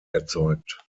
erzeugt